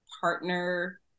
partner